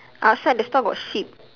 outside the store got sheep